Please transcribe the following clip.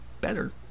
better